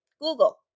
Google